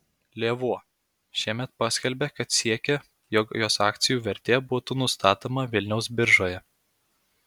lėvuo šiemet paskelbė kad siekia jog jos akcijų vertė būtų nustatoma vilniaus biržoje